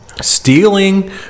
stealing